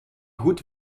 goed